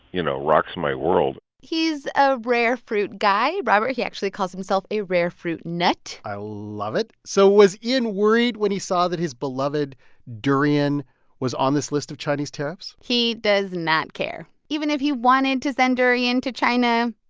you know, rocks my world he's a rare fruit guy. robert, he actually calls himself a rare fruit nut i love it. so was ian worried when he saw that his beloved durian was on this list of chinese tariffs? he does not care. even if he wanted to send durian to china,